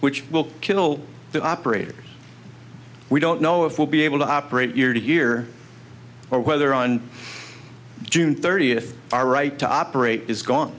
which will kill the operators we don't know if we'll be able to operate year to year or whether on june thirtieth our right to operate is gone